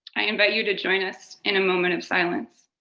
i invite you to join us in a moment of silence.